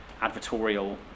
advertorial